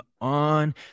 on